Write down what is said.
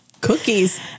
Cookies